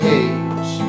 age